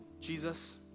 Jesus